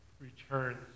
returns